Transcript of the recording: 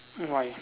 uh why